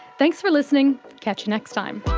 thanks for listening. catch you next time